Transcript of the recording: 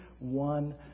one